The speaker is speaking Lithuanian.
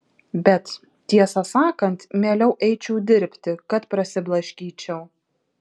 bet tiesą sakant mieliau eičiau dirbti kad prasiblaškyčiau